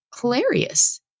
hilarious